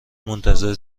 منتظر